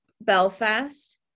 Belfast